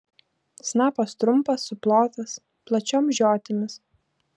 snapas trumpas suplotas plačiom žiotimis